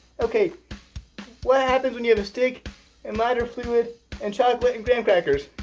okay what happens when your mistake and lighter fluid and chocolate and graham crackers?